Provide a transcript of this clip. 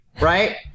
right